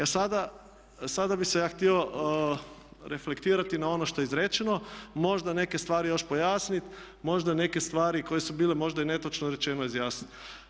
Sada bih se ja htio reflektirati na ono što je izrečeno, možda neke stvari još pojasniti, možda neke stvari koje su bile možda i netočno rečene izjasniti.